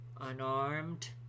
unarmed